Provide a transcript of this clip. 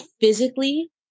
physically